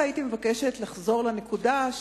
הייתי מבקשת לחזור לנקודה,